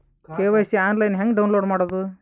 KYC online ಹೆಂಗ್ download ಮಾಡೋದು?